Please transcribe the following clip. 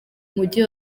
mujyi